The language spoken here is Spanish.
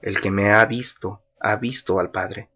el que me ha visto ha visto al padre